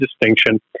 distinction